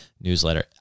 newsletter